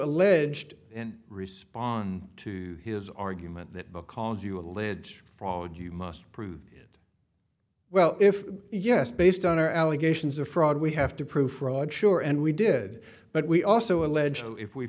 alleged in response to his argument that because you allege fraud you must prove it well if yes based on our allegations of fraud we have to prove fraud sure and we did but we also allege if we